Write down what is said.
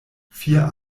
vier